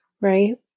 right